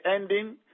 ending